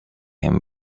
him